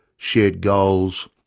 shared goals,